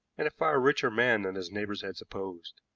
and a far richer man than his neighbors had supposed.